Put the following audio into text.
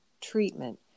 treatment